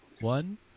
one